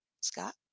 Scott